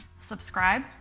Subscribe